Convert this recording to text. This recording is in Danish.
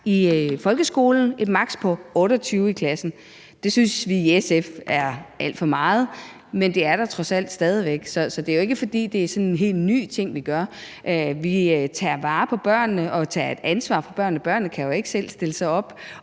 jo allerede et maks. på 28 elever i klassen. Det synes vi i SF er alt for meget, men der er trods alt stadig væk et maks., så det er jo ikke, fordi det er sådan en helt ny ting, vi gør. Vi tager vare på børnene og tager et ansvar for børnene. Børnene kan jo ikke selv stille sig op